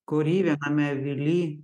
kory viename avily